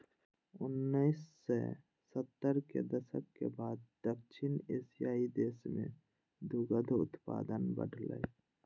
उन्नैस सय सत्तर के दशक के बाद दक्षिण एशियाइ देश मे दुग्ध उत्पादन बढ़लैए